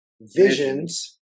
Visions